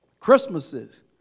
Christmases